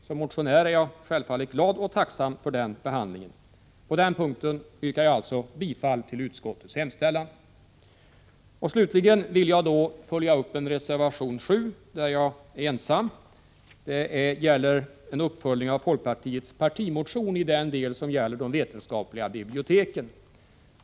Som motionär är jag självfallet glad och tacksam för den behandlingen. På denna punkt yrkar jag alltså bifall till utskottets hemställan. Slutligen vill jag ta upp en reservation som jag står ensam bakom. Det gäller en uppföljning av folkpartiets partimotion i den del som gäller de vetenskapliga biblioteken.